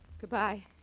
Goodbye